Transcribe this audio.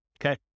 Okay